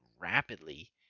rapidly